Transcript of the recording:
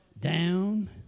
Down